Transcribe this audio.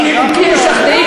עם נימוקים משכנעים,